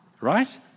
right